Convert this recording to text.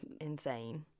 insane